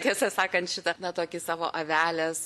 tiesą sakant šitą na tokį savo avelės